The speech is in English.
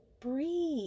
breathe